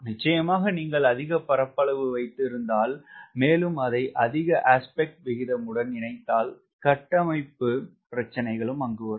நிச்சயமாக நீங்கள் அதிக பரப்பு வைத்து இருந்தால் மேலும் அதை அதிக அஸ்பெக்ட் விகிதம் உடன் இணைத்தால் கட்டமைப்பு பிரச்சினைகளும் வரும்